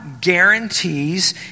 guarantees